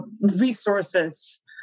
resources